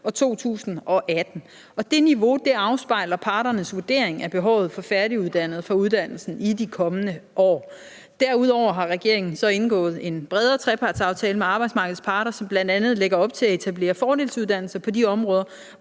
og 2018. Det niveau afspejler parternes vurdering af behovet for færdiguddannede fra uddannelsen i de kommende år. Derudover har regeringen så indgået en bredere trepartsaftale med arbejdsmarkeds parter, som bl.a. lægger op til at etablere fordelsuddannelser på de områder,